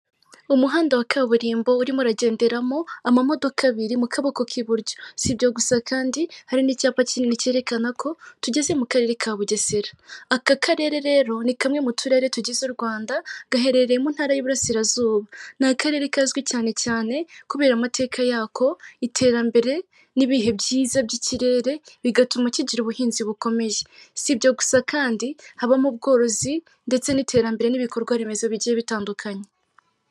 Umuhanda wa kaburimbo urimo uragenderamo amamodoka abiri mu kabokoko k'iburyo. Si ibyo gusa kandi, hari n'icyapa kinini cyerekana ko tugeze mu Karere ka Bugesera. Aka Karere rero ni kamwe mu turere tugize u Rwanda gaherereye mu Ntara y'Iburasirazuba. Ni Akarere kazwi cyane cyane kubera amateka yako, iterambere n'ibihe byiza by'ikirere bigatuma kigira ubuhinzi bukomeye. Si ibyo gusa kandi, habamo ubworozi ndetse n'iterambere, n'ibikorwa remezo bigiye bitandukanye.